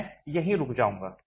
मैं यहीं रुक जाऊंगा